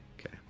Okay